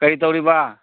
ꯀꯔꯤ ꯇꯧꯔꯤꯕ